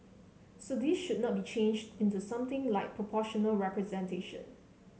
so this should not be changed into something like proportional representation